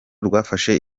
rwafashe